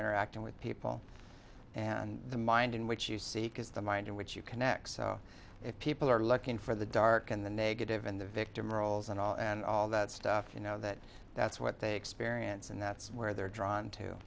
interacting with people and the mind in which you seek is the mind in which you connect so if people are looking for the dark and the negative and the victim roles and all and all that stuff you know that that's what they experience and that's where they're drawn to